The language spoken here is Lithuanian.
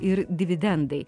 ir dividendai